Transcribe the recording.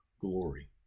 glory